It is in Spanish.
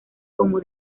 como